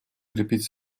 крепить